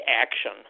action